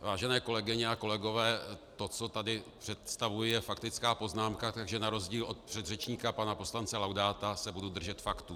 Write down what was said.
Vážené kolegyně a kolegové, to, co tady představuji, je faktická poznámka, takže na rozdíl od předřečníka pana poslance Laudáta se budu držet faktů.